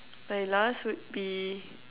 my last would be